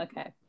okay